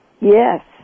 Yes